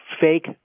fake